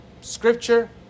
scripture